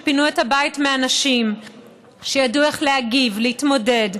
שפינו את הבית מאנשים ושידעו איך להגיב, להתמודד.